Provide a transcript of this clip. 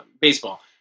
baseball